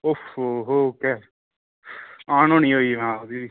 ओहो हो अनहोनी होई मा जनी